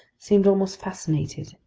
seemed almost fascinated,